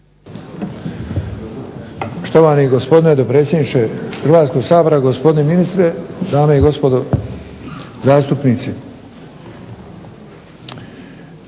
Štovani gospodine dopredsjedniče Hrvatskog sabora, gospodine ministre, dame i gospodo zastupnici.